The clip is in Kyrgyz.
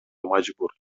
мажбур